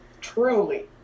truly